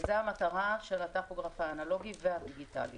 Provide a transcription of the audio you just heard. זו המטרה של הטכוגרף האנלוגי והדיגיטלי.